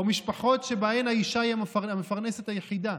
או משפחות שבהן האישה היא המפרנסת היחידה,